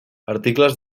articles